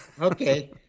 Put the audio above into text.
Okay